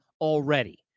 already